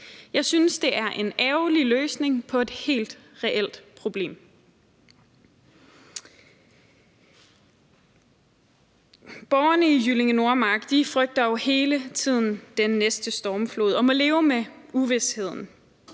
Jeg synes, det er en ærgerlig løsning på et helt reelt problem. Borgerne i Jyllinge Nordmark frygter jo hele tiden den næste stormflod og må leve med uvisheden